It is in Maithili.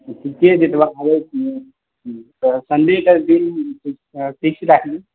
ठीके छै तब आबै छी तऽ सन्डेके दिन फिक्स राखलु